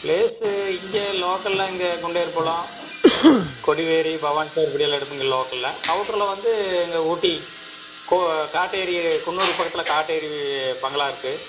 place இங்கே லோக்கலில் இங்கே குண்டேரி பள்ளம் கொடிவேரி பவானி சாகர் இப்படியெல்லாம் எடுப்போம் இங்கே லோக்கலில் அவுட்ரில் வந்து இங்கே ஊட்டி கோ காட்டேரி குன்னூர் பக்கத்தில் காட்டேரி பங்களா இருக்குது